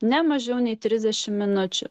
ne mažiau nei trisdešimt minučių